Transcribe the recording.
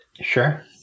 Sure